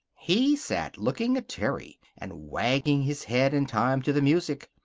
he sat looking at terry, and waggling his head in time to the music.